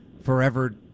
forever –